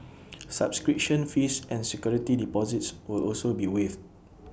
subscription fees and security deposits will also be waived